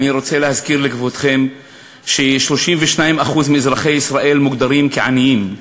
אני רוצה להזכיר לכבודכם ש-32% מאזרחי ישראל מוגדרים עניים.